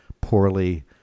poorly